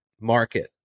market